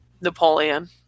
Napoleon